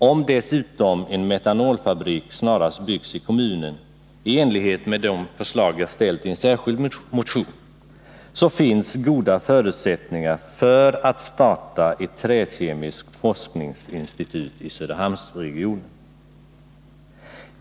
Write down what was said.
Om dessutom en metanolfabrik snarast byggs i kommunen, i enlighet med de förslag jag ställt i en särskild motion, finns goda förutsättningar för att starta ett träkemiskt forskningsinstitut i Söderhamnsregionen.